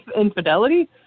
infidelity